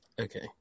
Okay